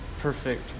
perfect